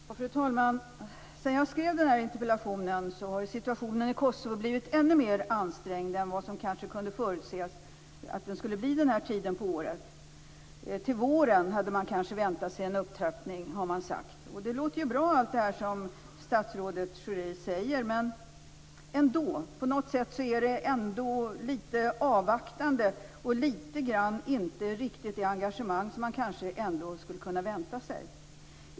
Fru talman! Sedan jag skrev interpellationen har ju situationen i Kosovo blivit ännu mer ansträngd än vad som kanske kunde förutses. Till våren hade man kanske väntat sig en upptrappning, har det sagts. Och det som statsrådet Schori säger låter ju bra, men på något sätt är hållningen lite avvaktande och inte riktigt det engagemang som man kanske skulle kunna vänta sig.